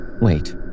Wait